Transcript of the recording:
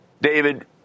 David